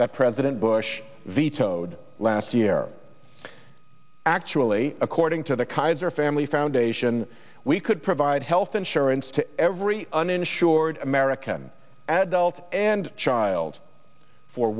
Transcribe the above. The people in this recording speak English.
that president bush vetoed last year actually according to the kaiser family foundation we could provide health insurance to every uninsured american adult and child for